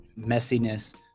messiness